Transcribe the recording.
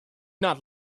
not